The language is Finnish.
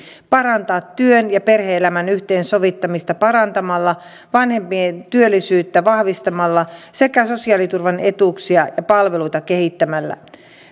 parantaa työn ja perhe elämän yhteensovittamista parantamalla vanhempien työllisyyttä vahvistamalla sekä sosiaaliturvan etuuksia ja palveluita kehittämällä